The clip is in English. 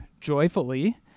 joyfully